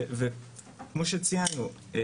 וכמו שציינו,